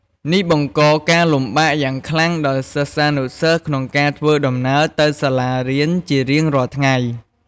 នេះបង្កការលំបាកយ៉ាងខ្លាំងដល់សិស្សានុសិស្សក្នុងការធ្វើដំណើរទៅសាលារៀនជារៀងរាល់ថ្ងៃ។